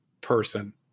person